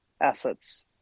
assets